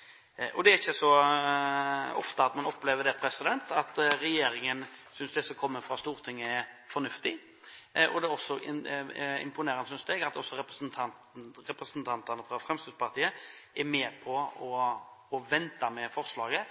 Stortinget faktisk etterspør ikke bare i representantforslaget, men også i merknadene. Det er ikke så ofte man opplever at regjeringen synes det som kommer fra Stortinget, er fornuftig. Det er imponerende, synes jeg, at også representantene fra Fremskrittspartiet er med på vedtaket og venter med forslaget